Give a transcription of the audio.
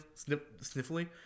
sniffly